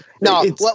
no